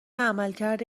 عملکرد